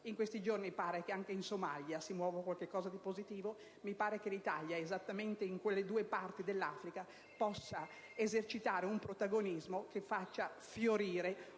In questi giorni pare che anche in Somalia si muova qualche cosa di positivo. Mi pare che l'Italia, esattamente in quelle due parti dell'Africa, possa esercitare un protagonismo che faccia fiorire